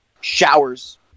showers